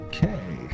Okay